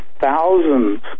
thousands